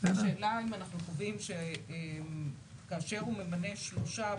השאלה אם אנחנו כותבים שכאשר הוא ממנה שלושה,